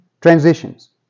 Transitions